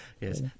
yes